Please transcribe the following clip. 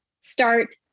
start